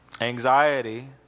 anxiety